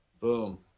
Boom